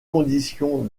condition